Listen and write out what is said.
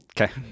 Okay